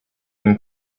been